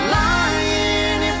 lying